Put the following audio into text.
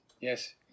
Yes